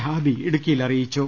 ഹാബി ഇടുക്കിയിൽ അറിയിച്ചു